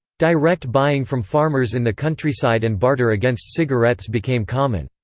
direct buying from farmers in the countryside and barter against cigarettes became common.